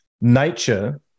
nature